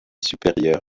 supérieur